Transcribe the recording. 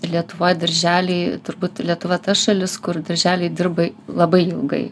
lietuvoj darželiai turbūt lietuva ta šalis kur darželiai dirba labai ilgai